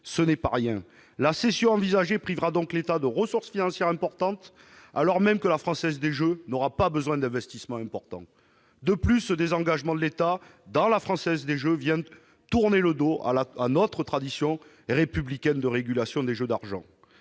qui n'est pas rien. La cession envisagée privera donc l'État de ressources financières importantes, alors même que la Française des jeux n'aura pas besoin d'investissements importants. De plus, ce désengagement de l'État dans la Française des jeux vient tourner le dos à notre tradition républicaine de régulation des jeux d'argent.